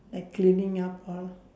like cleaning up all